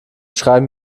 schreiben